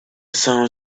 someone